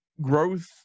growth